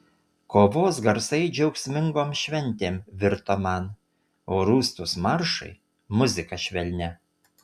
kovos garsai džiaugsmingom šventėm virto man o rūstūs maršai muzika švelnia